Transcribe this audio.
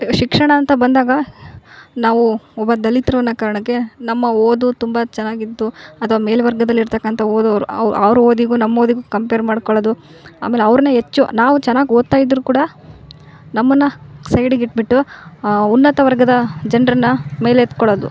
ಶಿಕ್ಷಣ ಅಂತ ಬಂದಾಗ ನಾವು ಒಬ್ಬ ದಲಿತರು ಅನ್ನೋ ಕಾರಣಕ್ಕೆ ನಮ್ಮ ಓದು ತುಂಬ ಚೆನ್ನಾಗಿದ್ದು ಅಥ್ವ ಮೇಲೆ ವರ್ಗದಲ್ಲಿ ಇರ್ತಕ್ಕಂಥ ಓದೋರು ಅವ್ ಅವರು ಓದಿಗೂ ನಮ್ಮ ಓದಿಗೂ ಕಂಪೇರ್ ಮಾಡ್ಕೊಳದು ಆಮೇಲೆ ಅವರ್ನೆ ಹೆಚ್ಚು ನಾವು ಚೆನ್ನಾಗಿ ಓದ್ತಾಯಿದ್ದರು ಕೂಡ ನಮ್ಮನ್ನ ಸೈಡಿಗೆ ಇಟ್ಬಿಟ್ಟು ಉನ್ನತ ವರ್ಗದ ಜನರನ್ನ ಮೇಲ್ತ್ಕೊಳದು